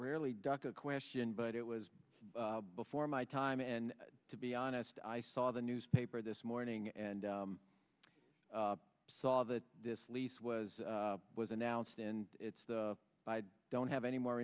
rarely duck a question but it was before my time and to be honest i saw the newspaper this morning and saw that this lease was was announced and it's the i don't have any more